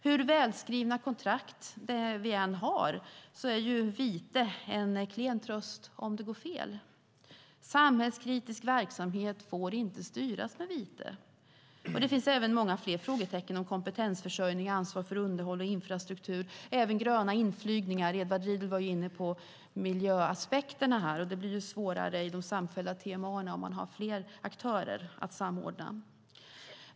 Hur välskrivna kontrakt vi än har är vite en klen tröst om det går fel. Samhällskritisk verksamhet får inte styras med vite. Det finns många fler frågetecken gällande till exempel kompetensförsörjning och ansvar för underhåll och infrastruktur. Jag vill även nämna gröna inflygningar. Edward Riedl var inne på miljöaspekterna här. Det blir svårare i de samfällda TMA:na om man har fler aktörer att samordna.